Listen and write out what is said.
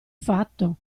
fatto